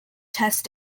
test